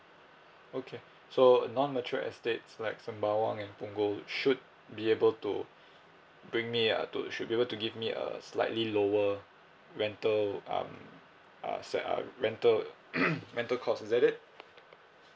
okay so uh non mature estates like sembawang and punggol should be able to bring me err to should be able to give me a slightly lower rental um err set uh rental rental cost is that it